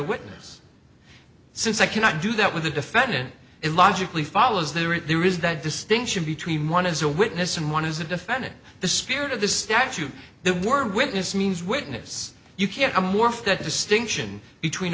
witness since i cannot do that with the defendant it logically follows there if there is that distinction between one is a witness and one is a defendant the spirit of the statute the word witness means witness you can morph that distinction between